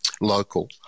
local